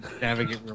navigate